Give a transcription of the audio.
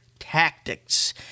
tactics